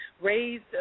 raised